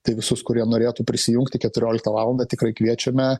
tai visus kurie norėtų prisijungti keturioliktą tikrai kviečiame